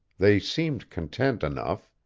they seemed content enough.